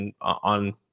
on